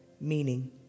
meaning